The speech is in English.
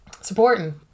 supporting